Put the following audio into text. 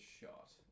shot